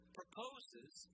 proposes